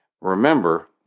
Remember